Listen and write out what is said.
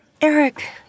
Eric